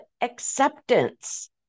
acceptance